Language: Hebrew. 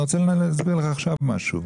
אני רוצה להסביר לך עכשיו משהו.